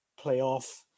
playoff